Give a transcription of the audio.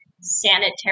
sanitary